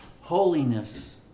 holiness